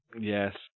Yes